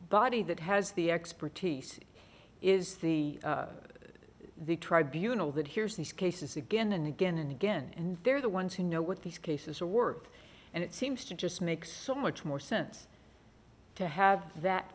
body that has the expertise is the the tribunals that hears these cases again and again and again and they're the ones who know what these cases are worth and it seems to just make so much more sense to have that